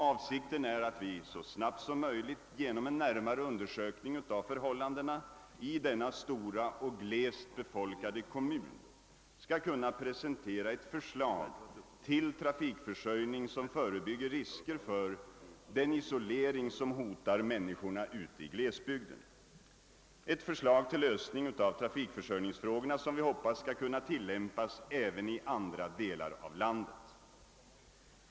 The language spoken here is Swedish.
Avsikten därmed är att vi så snabbt som möjligt genom en närmare undersökning av förhållandena i denna stora och glest befolkade kommun skall kunna presentera ett förslag till trafikförsörjning som förebygger risker för den isolering som hotar människorna ute i glesbygden, ett förslag till lösning av trafikförsörjningsfrågorna som vi hoppas skall kunna tillämpas även i andra delar av landet.